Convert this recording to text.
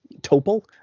Topol